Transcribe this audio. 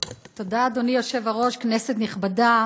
תודה, אדוני היושב-ראש, כנסת נכבדה,